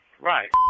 Right